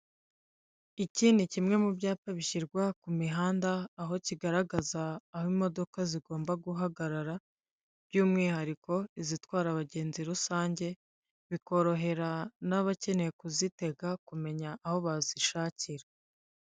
Iki ni kimwe mu byapa bishyirwa ku mihanda aho kigaragaza aho imodoka zigomba guhagarara by'umwihariko izitwara abagenzi rusange bikorohera n'abakeneye kuzitega kumenya aho bazishakira.